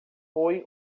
foi